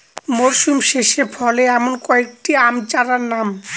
মরশুম শেষে ফলে এমন কয়েক টি আম চারার নাম?